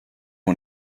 ont